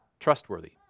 trustworthy